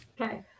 Okay